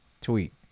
tweet